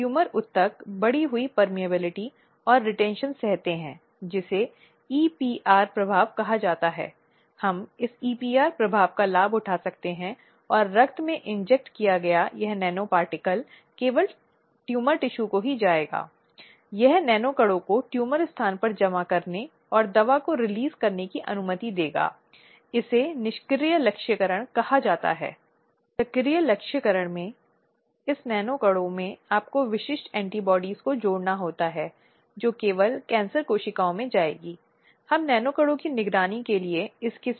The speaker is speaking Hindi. जिसे वे अब केवल यौन शोषण के एक अधिनियम के रूप में संरेखित कर रहे हैं क्योंकि कुछ सच नहीं है इसका मतलब यह नहीं है कि यह गलत है झूठा है जहां कोई व्यक्ति जानबूझकर किसी अन्य व्यक्ति के खिलाफ या उत्पीड़नकर्ता के खिलाफ जानबूझकर झूठ बोलता है ताकि वह व्यक्ति को सिखा सके